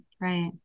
right